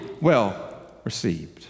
well-received